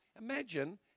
Imagine